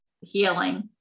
healing